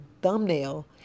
thumbnail